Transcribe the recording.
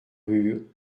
rue